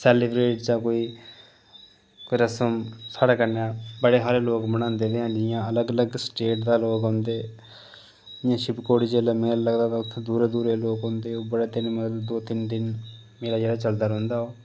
celebrate च कोई रस्म साढ़े कन्नै बड़े हारे लोक मनांदे बी हैन जि'यां अलग अलग स्टेट दा लोक औंदे जि'यां शिवखोड़ी जेल्लै मेला लगदा ते उत्थै दूरा दूरा लोक औंदे ओह् बड़े दिन मतलब दो तिन्न दिन मेला जेह्ड़ा चलदा रौंह्दा ओह्